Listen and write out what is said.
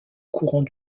courant